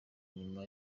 nyuma